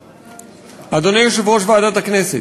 אדוני יושב-ראש ועדת הכנסת,